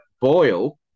boil